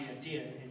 idea